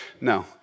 No